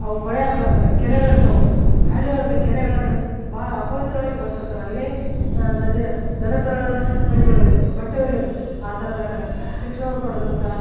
ಅವು ಕೊಳೆಯಾಗಲಾರ್ದಂಗ ಕೆರೆಗಳು ಇರ್ತವೆ ಹಳ್ಳಿ ಒಳಗೆ ಕೆರೆಗಳನ್ನು ಭಾಳ ಅಪವಿತ್ರವಾಗಿ ಬಳ್ಸ್ತಿರ್ತಾರ ಅಲ್ಲೇ ನದಿ ದನ ಕರುಗಳನ್ನು ಮೈ ತೊಳೆಯೋದು ಬಟ್ಟೆ ಒಗೆಯುವುದು ಆ ಥರದಾಗ ಶಿಕ್ಷಣವು ಪಡೆದಂಥ